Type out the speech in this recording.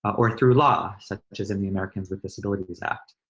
or through law, such as um the americans with disabilities act,